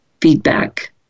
feedback